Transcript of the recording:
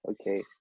okay